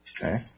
Okay